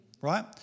right